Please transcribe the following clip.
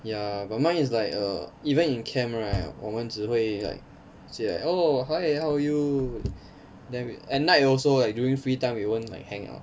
ya but mine is like err even in camp right 我们只会 like oh hi how are you then we at night also leh during free time we won't like hang out